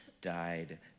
died